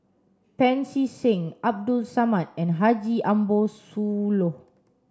Pancy Seng Abdul Samad and Haji Ambo Sooloh